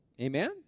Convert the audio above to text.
Amen